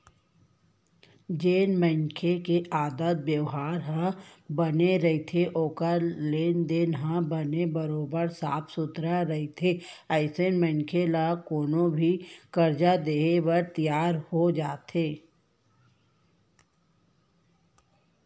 जेन मनसे के आदत बेवहार ह बने रहिथे ओखर लेन देन ह बने बरोबर साफ सुथरा रहिथे अइसन मनखे ल कोनो भी करजा देय बर तियार हो जाथे